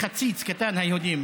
היהודים,